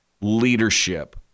leadership